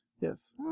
Yes